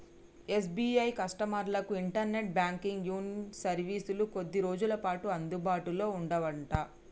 SBI కస్టమర్లకు internet banking YONO సర్వీసులు కొద్ది రోజులపాటు అందుబాటులో ఉండవట